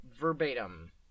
verbatim